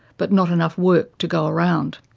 but not enough work to go around.